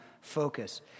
focus